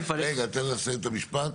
רגע, תן לה לסיים את המשפט.